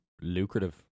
Lucrative